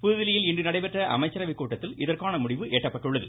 புதுதில்லியில் இன்று நடைபெற்ற அமைச்சரவை கூட்டத்தில் இதற்கான முடிவு எட்டப்பட்டுள்ளது